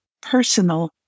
personal